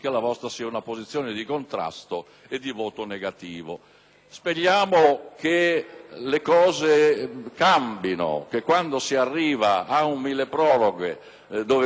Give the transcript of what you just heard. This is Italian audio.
Speriamo che le cose cambino e che quando si arriva ad un milleproroghe, dove vengono accolti tanti emendamenti dell'opposizione,